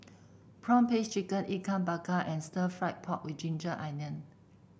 prawn paste chicken Ikan Bakar and stir fry pork with ginger onion